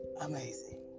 amazing